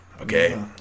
okay